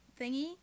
thingy